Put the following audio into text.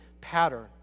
pattern